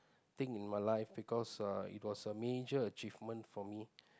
thing in my life because uh it was a major achievement for me